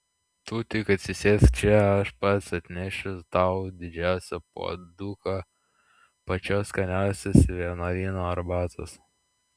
tu tik atsisėsk čia aš pats atnešiu tau didžiausią puoduką pačios skaniausios vienuolyno arbatos